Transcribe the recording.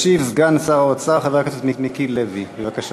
ישיב סגן שר האוצר חבר הכנסת מיקי לוי, בבקשה.